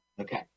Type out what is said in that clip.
okay